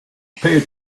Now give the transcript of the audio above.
pay